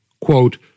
quote